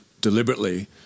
deliberately